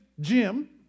Jim